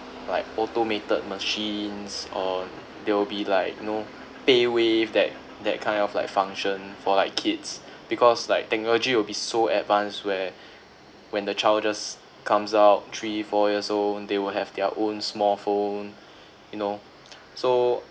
like automated machines or there will be like you know paywave that that kind of like function for like kids because like technology will be so advanced where when the child just comes out three four years old they would have their own small phone you know so